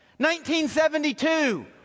1972